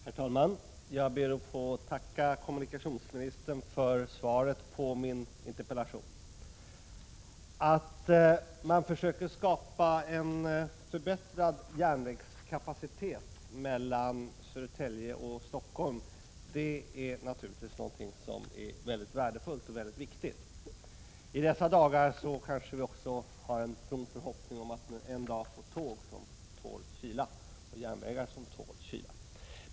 Herr talman! Jag ber att få tacka kommunikationsministern för svaret på min interpellation. Att man försöker skapa en förbättrad järnvägskapacitet mellan Södertälje och Stockholm är naturligtvis mycket värdefullt och viktigt. I dessa dagar kanske vi också kan hysa en from förhoppning om att en dag få tåg och järnvägar som tål kyla.